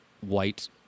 white